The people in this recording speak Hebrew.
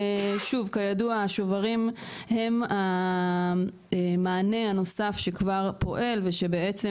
כידוע השוברים הם המענה הנוסף שכבר פועל ושבעצם